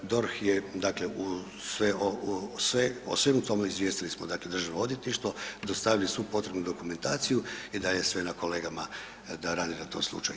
DORH je, dakle uz sve, o svemu tome izvijestili smo, dakle državno odvjetništvo, dostavili svu potrebnu dokumentaciju i dalje sve na kolegama da rade na tom slučaju.